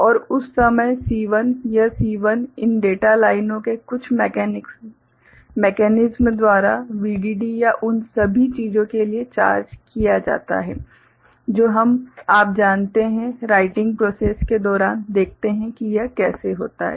और उस समय C1 यह C1 इन डेटा लाइनों के कुछ मेकेनिस्म द्वारा VDD या उन सभी चीजों के लिए चार्ज किया जाता है जो हम आप जानते हैं राइटिंग प्रोसैस के दौरान देखते हैं कि यह कैसे होता है